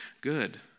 good